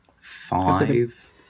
Five